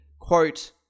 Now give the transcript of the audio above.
quote